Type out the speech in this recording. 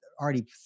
already